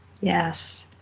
yes